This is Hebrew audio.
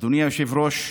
אדוני היושב-ראש,